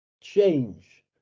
change